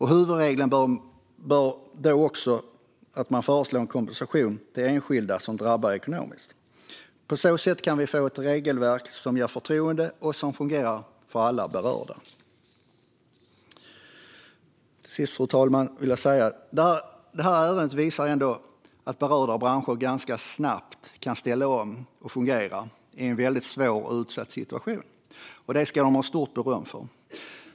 Huvudregeln bör vara att man föreslår en kompensation till enskilda som drabbas ekonomiskt. På så sätt kan vi få ett regelverk som inger förtroende och som fungerar för alla berörda. Till sist, fru talman, vill jag säga att detta ärende ändå visar att berörda branscher ganska snabbt kan ställa om och fungera i en väldigt svår och utsatt situation. Det ska de ha stort beröm för.